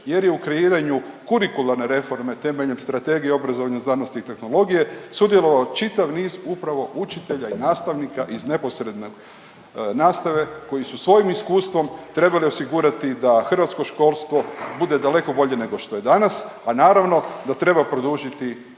jer je u kreiranju kurikularne reforme temeljem Strategije obrazovanja, znanosti i tehnologije sudjelovao čitav niz upravo učitelja i nastavnika iz neposredne nastave koji su svojim iskustvom trebali osigurati da hrvatsko školstvo bude daleko bolje nego što je danas, a naravno da treba produžiti osnovno